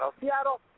Seattle